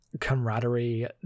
camaraderie